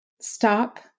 stop